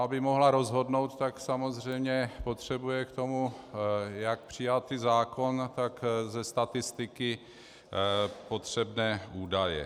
Aby mohla rozhodnout, tak samozřejmě potřebuje k tomu jak přijatý zákon, tak ze statistiky potřebné údaje.